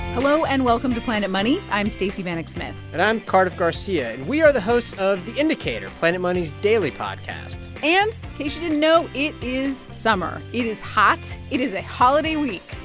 hello, and welcome to planet money. i'm stacey vanek smith and i'm cardiff garcia. and we are the hosts of the indicator, planet money's daily podcast and in case you didn't know, it is summer. it is hot. it is a holiday week.